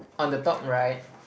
on the top right